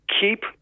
keep